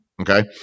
Okay